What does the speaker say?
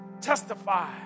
Testify